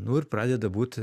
nu ir pradeda būti